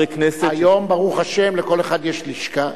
היום ברוך השם לכל אחד יש לשכה.